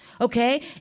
Okay